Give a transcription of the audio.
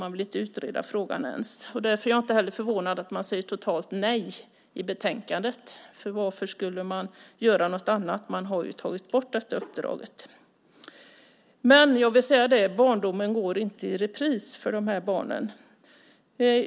Man ville inte ens utreda frågan. Därför är jag inte heller förvånad att man i betänkandet säger totalt nej. Varför skulle man göra något annat? Man har ju tagit bort detta uppdrag. Jag vill säga detta: Barndomen går inte i repris för de här barnen.